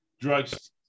drugs